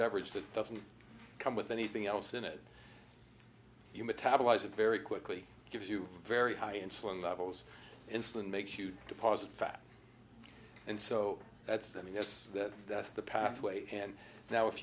beverage that doesn't come with anything else in it you metabolize a very quickly gives you very high insulin levels insulin makes you deposit fat and so that's the i mean that's the that's the pathway and now if